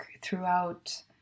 throughout